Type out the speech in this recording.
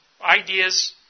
ideas